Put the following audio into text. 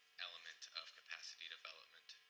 element of capacity development,